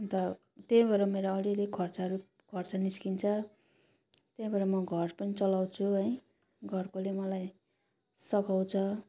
अन्त त्यही भएर मेरो अलि अलि खर्चहरू खर्च निस्कन्छ त्यहाँबाट म घर पनि चलाउँछु है घरकोले मलाई सघाउँछ